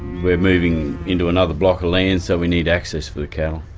we're moving into another block of land, so we need access for the cattle.